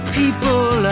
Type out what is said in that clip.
people